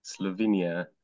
Slovenia